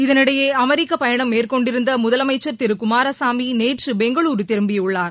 இதனிடையே அமெரிக்க பயணம் மேற்கொண்டிருந்த முதலமைச்சர் திரு குமாரசாமி நேற்று பெங்களூரு திரும்பியுள்ளார்